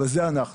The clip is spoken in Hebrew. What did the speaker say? אבל זה אנחנו.